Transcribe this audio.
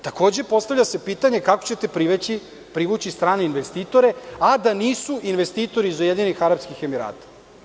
Takođe postavlja se pitanje kako ćete privući strane investitore, a da nisu investitori iz Ujedinjenih Arapskih Emirata.